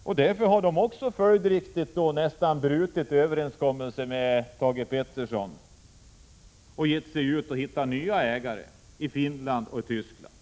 Följdriktigt har Nordstjernan nästan brutit överenskommelsen med Thage Peterson och gett sig ut för att hitta nya ägare i Finland och Tyskland.